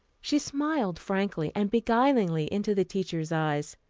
she smiled frankly and beguilingly into the teacher's eyes.